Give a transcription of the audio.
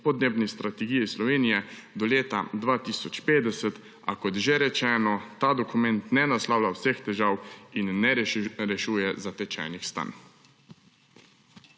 podnebni strategiji Slovenije do leta 2050, a – kot že rečeno – ta dokument ne naslavlja vseh težav in ne rešuje zatečenih stanj.